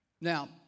Now